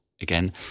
again